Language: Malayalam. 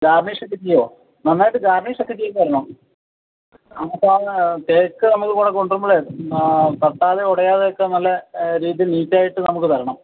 ഗാര്ണിഷൊക്കെ ചെയ്യുമോ നന്നായിട്ട് ഗാർണിഷൊക്കെ ചെയ്തു തരണം അപ്പോൾ കേക്ക് നമുക്ക് ഇവിടെ കൊണ്ടുവരുമ്പോൾ തട്ടാതെയും ഉടയാതെയുമൊക്കെ നല്ല രീതിയില് നീറ്റ് ആയിട്ട് നമുക്ക് തരണം